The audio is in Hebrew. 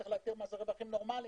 צריך להבין מה זה רווחים נורמליים.